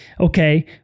okay